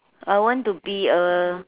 I want to be a